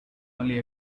only